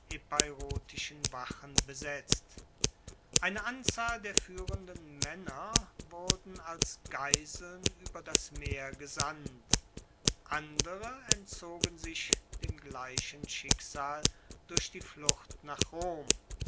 wachen besetzt eine anzahl der fuehrenden maenner wurden als geiseln ueber das meer gesandt andere entzogen sich dem gleichen schicksal durch die flucht nach rom